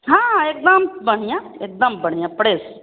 हाँ एक दम बढ़िया एक दम बढ़िया फ्रेश